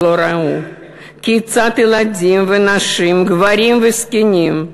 שלא ראו כיצד ילדים ונשים, גברים וזקנים,